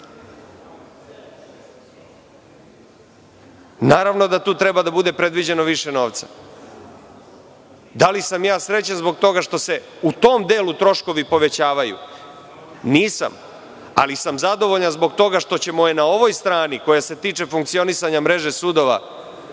Naravno da tu treba da bude predviđeno više novca. Da li sam ja srećan zbog toga što se u tom delu troškovi povećavaju? Nisam, ali sam zadovoljan zbog toga što ćemo na ovoj strani, koja se tiče funkcionisanja mreže sudova,